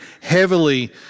heavily